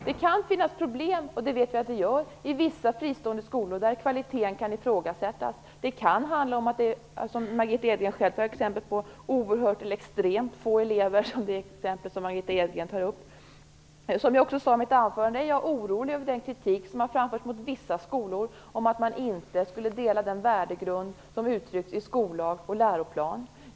Det kan finnas problem - det vet vi att det gör - i vissa fristående skolor, där kvaliteten kan ifrågasättas. Det kan handla om det som Margitta Edgren själv tog som exempel, dvs. extremt få elever. Som jag också sade i mitt anförande är jag orolig över den kritik som har framförts mot vissa skolor för att man inte skulle dela den värdegrund som uttrycks i skollag och läroplan.